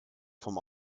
vom